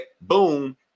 Boom